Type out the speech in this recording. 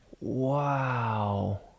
Wow